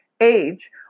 age